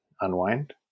unwind